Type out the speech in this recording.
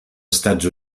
estats